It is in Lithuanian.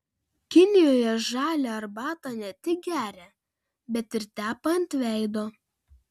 kinijoje žalią arbatą ne tik geria bet ir tepa ant veido